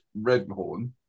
Redhorn